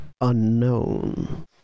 Unknown